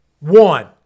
one